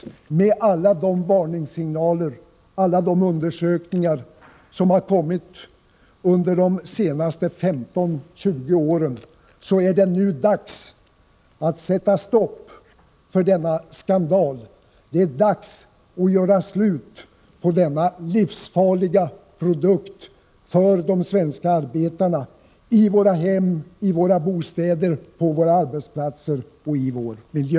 Efter alla de varningssignaler och undersökningar som har kommit under de senaste 15-20 åren är det nu dags att sätta stopp för denna skandal. Det är dags att göra slut på denna livsfarliga produkt, för de svenska arbetarna, i våra hem, i våra bostäder, på våra arbetsplatser och i hela vår miljö.